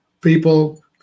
people